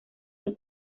del